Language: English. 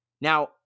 Now